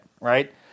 right